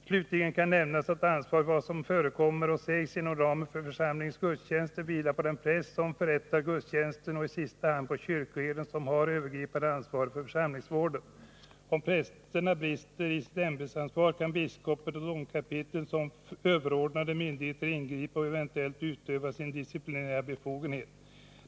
Slutligen kan nämnas, att ansvaret för vad som förekommer och sägs inom ramen för församlingens gudstjänster vilar på den präst som förrättar gudstjänsten och i sista hand på kyrkoherden, som har det övergripande ansvaret för församlingsvården. Om prästerna brister i sitt ämbetsansvar kan biskopen och domkapitlet som överordnade myndigheter ingripa och eventuellt utöva sin disciplinära befogenhet.